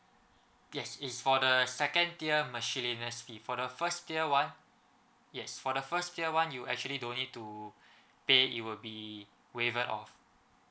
yes is for the second tier miscellaneous fee for the first tier one yes for the first tier one you actually don't need to pay it will be waived off